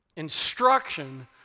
instruction